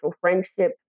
friendship